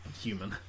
human